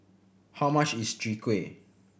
how much is Chwee Kueh